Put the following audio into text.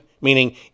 meaning